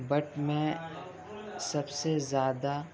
but میں سب سے زیادہ